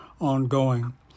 ongoing